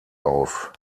auf